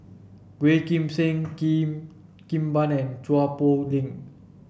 Yeoh Ghim Seng Cheo Kim Ban and Chua Poh Leng